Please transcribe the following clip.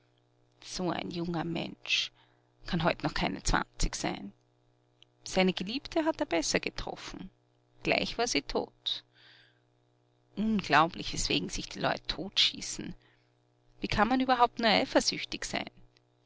so ein junger mensch kann heut noch keine zwanzig sein seine geliebte hat er besser getroffen gleich war sie tot unglaublich weswegen sich die leut totschießen wie kann man überhaupt nur eifersüchtig sein